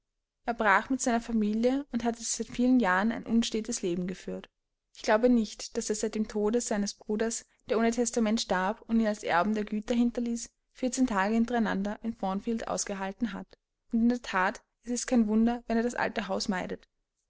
er brach mit seiner familie und hat jetzt seit vielen jahren ein unstätes leben geführt ich glaube nicht daß er seit dem tode seines bruders der ohne testament starb und ihn als erben der güter hinterließ vierzehn tage hintereinander in thornfield ausgehalten hat und in der that es ist kein wunder wenn er das alte haus meidet